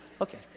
okay